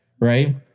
right